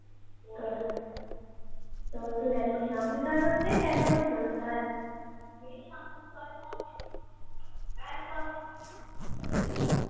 तुस तुस कैल्लू शाम्मी घर होंदे कैल्लू होंदे तुस घर